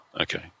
okay